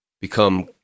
become